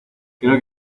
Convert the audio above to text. creo